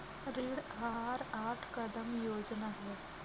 ऋण आहार आठ कदम योजना है